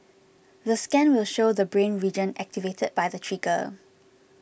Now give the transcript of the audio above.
the scan will show the brain region activated by the trigger